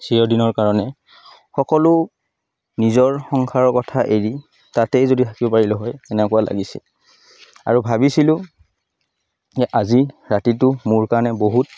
চিৰদিনৰ কাৰণে সকলো নিজৰ সংসাৰৰ কথা এৰি তাতেই যদি থাকিব পাৰিলোঁ হয় এনেকুৱা লাগিছে আৰু ভাবিছিলোঁ যে আজি ৰাতিটো মোৰ কাৰণে বহুত